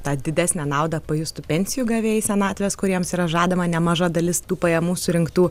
tą didesnę naudą pajustų pensijų gavėjai senatvės kuriems yra žadama nemaža dalis tų pajamų surinktų